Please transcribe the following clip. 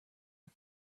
are